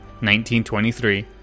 1923